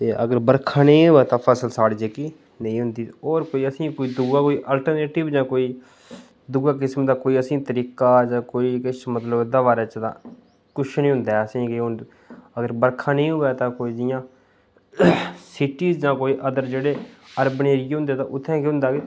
तां अगर बर्खा नेईं होऐ तां फसल सारी जेह्की नेईं होंदी होर दूआ असेंगी कोई अल्टरनेटिव ते दूए किस्म दा असेंगी कोई तरीका जां कोई किश मतलब की एह्दे बारे च तां कुछ निं होंदा ऐ असेंगी ओह् ते अगर बर्खा नेईं होऐ तां जियां सिटी दा कोई अगर जेह्ड़े अर्बन एरिये जेह्के उत्थै केह् होंदा के